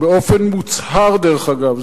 באופן מוצהר, דרך אגב.